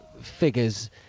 figures